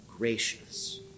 Gracious